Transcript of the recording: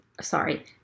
sorry